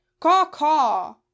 Caw-caw